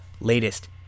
Latest